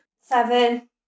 Seven